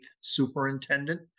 superintendent